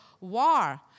war